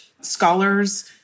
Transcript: scholars